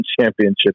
championship